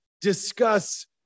discuss